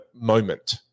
moment